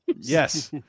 Yes